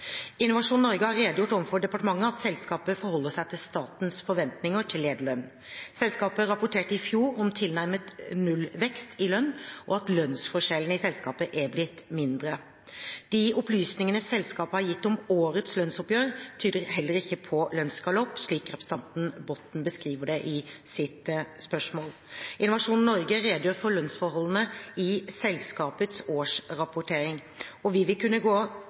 Innovasjon Norge har redegjort overfor departementet at selskapet forholder seg til statens forventninger til lederlønn. Selskapet rapporterte i fjor om tilnærmet nullvekst i lønn, og at lønnsforskjellene i selskapet er blitt mindre. De opplysningene selskapet har gitt om årets lønnsoppgjør, tyder heller ikke på en lønnsgalopp, slik representanten Botten beskriver det i sitt spørsmål. Innovasjon Norge redegjør for lønnsforholdene i selskapets årsrapportering. Vi vil kunne gå